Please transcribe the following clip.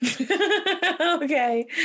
okay